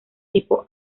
tipo